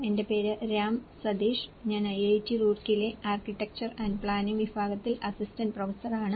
എന്റെ പേര് രാം സതീഷ് ഞാൻ ഐഐടി റൂർക്കിയിലെ ആർക്കിടെക്ചർ ആന്റ് പ്ലാനിംഗ് വിഭാഗത്തിൽ അസിസ്റ്റന്റ് പ്രൊഫസറാണ്